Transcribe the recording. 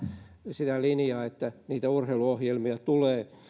sitä linjaa että niitä urheiluohjelmia tulee